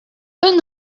een